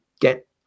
get